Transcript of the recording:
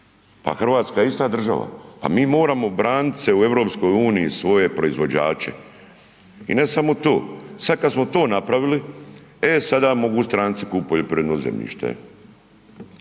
Pa Hrvatska je ista država, pa mi moram branit se u EU svoje proizvođače i ne samo to. Sada kada smo to napravili, e sada mogu stranci kupiti poljoprivredno zemljište.